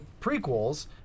prequels